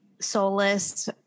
soulless